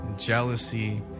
jealousy